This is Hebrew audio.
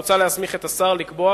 מוצע להסמיך את השר לקבוע,